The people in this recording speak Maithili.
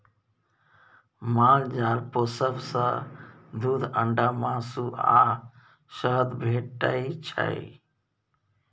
माल जाल पोसब सँ दुध, अंडा, मासु आ शहद भेटै छै